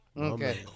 Okay